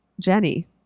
jenny